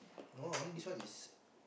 no only this one is